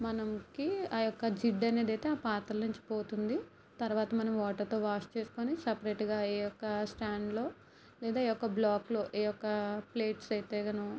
మనకి ఆ యొక్క జిడ్డు అనేది అయితే ఆ పాత్రల నుంచి పోతుంది తరువాత మనం వాటర్తో వాష్ చేసుకొని సపరేట్గా ఈయొక్క స్టాండ్లో లేదా ఈయొక్క బ్లాక్లో ఈయొక్క ప్లేట్స్ అయితే గనో